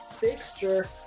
fixture